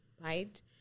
right